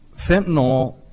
fentanyl